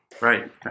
right